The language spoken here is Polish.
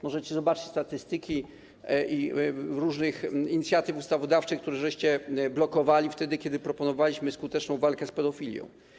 Możecie zobaczyć statystyki różnych inicjatyw ustawodawczych, które żeście blokowali, kiedy proponowaliśmy skuteczną walkę z pedofilią.